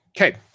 Okay